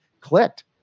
clicked